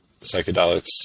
psychedelics